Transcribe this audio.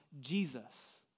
Jesus